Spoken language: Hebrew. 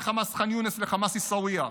בין חמאס ח'אן יונס לחמאס עיסאוויה.